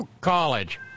college